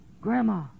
Grandma